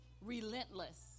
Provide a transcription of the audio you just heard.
Relentless